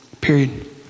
Period